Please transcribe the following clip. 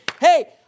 hey